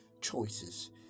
choices